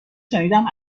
شنیدم